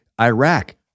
Iraq